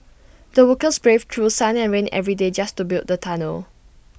the workers braved through sun and rain every day just to build the tunnel